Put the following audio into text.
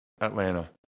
Atlanta